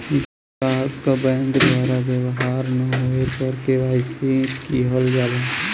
ग्राहक क बैंक द्वारा व्यवहार न होये पे के.वाई.सी किहल जाला